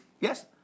Yes